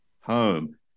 home